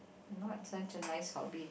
not such a nice hobby